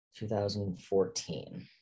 2014